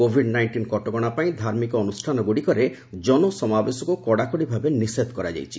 Covid nineteen କଟକଣାପାଇଁ ଧାର୍ମିକ ଅନୁଷ୍ଠାନଗୁଡ଼ିକରେ ଜନସମାବେଶକୁ କଡ଼ାକଡ଼ି ଭାବେ ନିଷେଧ କରାଯାଇଛି